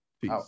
Peace